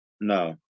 No